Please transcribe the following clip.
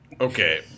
Okay